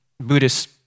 Buddhist